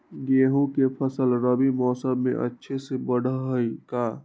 गेंहू के फ़सल रबी मौसम में अच्छे से बढ़ हई का?